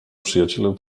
przyjacielem